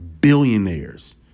billionaires